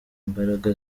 imbaraga